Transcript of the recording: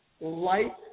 light